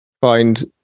find